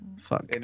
fuck